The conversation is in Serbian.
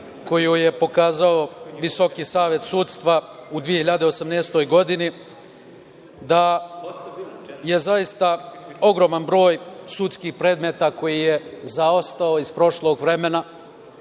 koju je pokazao Visoki savet sudstva u 2018. godini, da je zaista ogroman broj sudskih predmeta koji je zaostao iz prošlog vremena